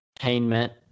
entertainment